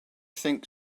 think